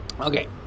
Okay